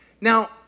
now